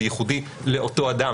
זה ייחודי לאותו אדם,